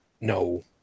no